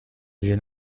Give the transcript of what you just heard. j’ai